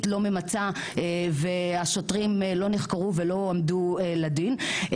לא ממצה והשוטרים לא נחקרו ולא עמדו לדין.